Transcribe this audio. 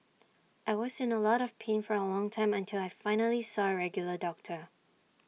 I was in A lot of pain for A long time until I finally saw A regular doctor